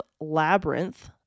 labyrinth